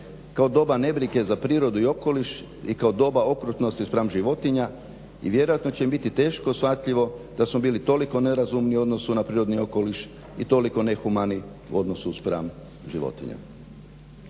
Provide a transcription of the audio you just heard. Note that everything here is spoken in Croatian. kao doba nebrige za prirodu i okoliš i kao doba okrutnosti spram životinja i vjerojatno će im biti teško shvatljivo da smo bili toliko nerazumni u odnosu na prirodni okoliš i toliko nehumani u odnosu spram životinja.